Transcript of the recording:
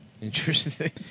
Interesting